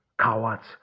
cowards